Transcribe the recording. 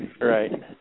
Right